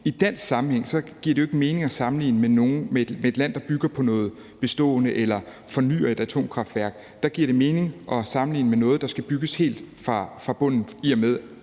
I dansk sammenhæng giver det jo ikke mening at sammenligne med et land, der bygger på noget bestående eller fornyer et atomkraftværk. Der giver det mening at sammenligne med noget, der skal bygges helt fra bunden, i og med